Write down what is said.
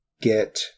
get